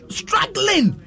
struggling